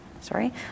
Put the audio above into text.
sorry